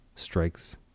strikes